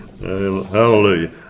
Hallelujah